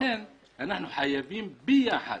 לכן אנחנו חייבים ביחד,